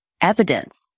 evidence